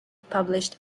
published